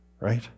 right